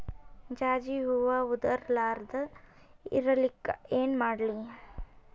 ಜಾಜಿ ಹೂವ ಉದರ್ ಲಾರದ ಇರಲಿಕ್ಕಿ ಏನ ಮಾಡ್ಲಿ?